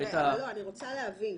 רוצה להבין.